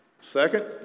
Second